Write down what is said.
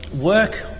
work